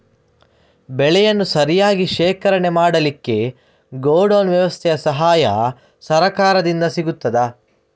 ಬೆಳೆಯನ್ನು ಸರಿಯಾಗಿ ಶೇಖರಣೆ ಮಾಡಲಿಕ್ಕೆ ಗೋಡೌನ್ ವ್ಯವಸ್ಥೆಯ ಸಹಾಯ ಸರಕಾರದಿಂದ ಸಿಗುತ್ತದಾ?